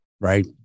Right